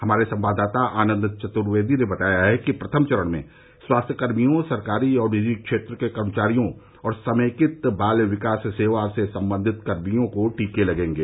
हमारे संवाददाता आनंद चतुर्वदी ने बताया है कि प्रथम चरण में स्वास्थ्यकर्मियों सरकारी और निजी क्षेत्र के कर्मचारियों और समेकित बाल विकास सेवा से संबंधित कर्मियों को टीके लगेंगे